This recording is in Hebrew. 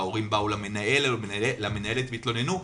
ההורים באו למנהל/ת והתלוננו,